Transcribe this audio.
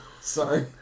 Sorry